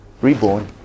reborn